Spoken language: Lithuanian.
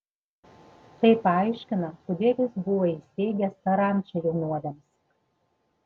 tai paaiškina kodėl jis buvo įsteigęs tą rančą jaunuoliams